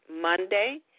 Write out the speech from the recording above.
Monday